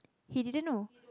he didn't know